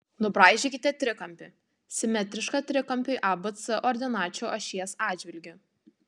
nubraižykite trikampį simetrišką trikampiui abc ordinačių ašies atžvilgiu